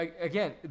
again